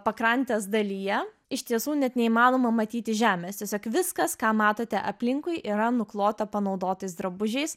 pakrantės dalyje iš tiesų net neįmanoma matyti žemės tiesiog viskas ką matote aplinkui yra nuklota panaudotais drabužiais